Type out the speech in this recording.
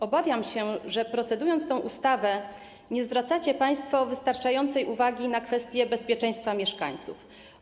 Obawiam się, że procedując nad tą ustawą, nie zwracacie państwo wystarczającej uwagi na kwestie bezpieczeństwa mieszkańców.